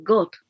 God